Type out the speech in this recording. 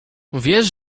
wiesz